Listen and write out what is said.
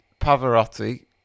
pavarotti